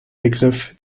begriff